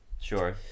Sure